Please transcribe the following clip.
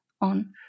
on